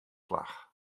slach